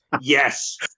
yes